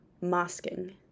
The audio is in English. masking